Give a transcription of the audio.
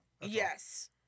Yes